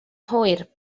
hwyr